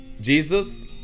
Jesus